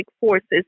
forces